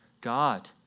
God